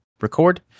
record